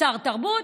שר תרבות,